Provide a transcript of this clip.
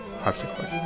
harpsichord